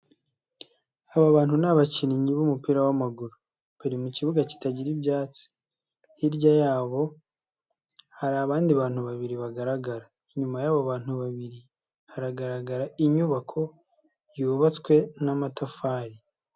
Aba bantu ni abakinnyi b'umupira w'amaguru, bari mu kibuga kitagira ibyatsi, hirya yabo hari abandi bantu babiri bagaragara. Inyuma y'abo bantu babiri haragaragara inyubako, yubatswe n'amatafari.